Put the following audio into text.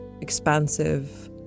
expansive